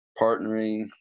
partnering